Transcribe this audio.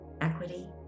equity